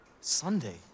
Sunday